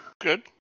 Good